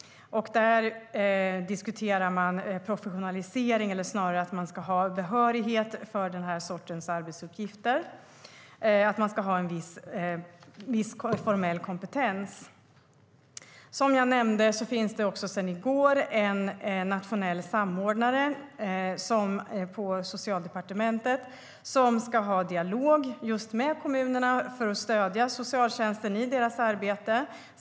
Där talas det om att man ska ha behörighet för den sortens arbetsuppgifter och att man ska ha en viss formell kompetens. Som jag nämnde finns det också sedan i går en nationell samordnare på Socialdepartementet som ska föra en dialog med kommunerna för att stödja socialtjänsten i deras arbete.